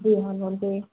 जी हाँ लोन पर